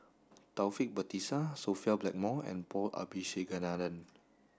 Taufik Batisah Sophia Blackmore and Paul Abisheganaden